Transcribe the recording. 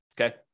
Okay